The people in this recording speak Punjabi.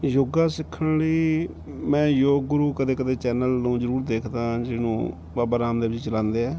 ਯੋਗਾ ਸਿੱਖਣ ਲਈ ਮੈਂ ਯੋਗ ਗੁਰੂ ਕਦੇ ਕਦੇ ਚੈਨਲ ਨੂੰ ਜ਼ਰੂਰ ਦੇਖਦਾ ਜਿਹਨੂੰ ਬਾਬਾ ਰਾਮਦੇਵ ਜੀ ਚਲਾਉਂਦੇ ਆ